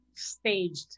staged